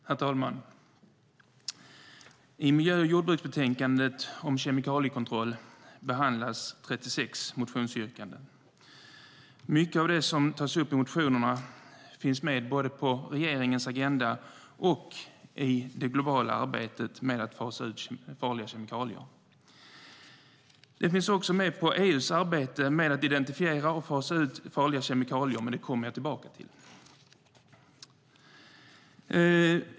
Herr talman! I miljö och jordbruksbetänkandet om kemikaliekontroll behandlas 36 motionsyrkanden. Mycket av det som tas upp i motionerna finns med både på regeringens agenda och i det globala arbetet med att fasa ut farliga kemikalier. Det finns också med i EU:s arbete med att identifiera och fasa ut farliga kemikalier, och det kommer jag tillbaka till.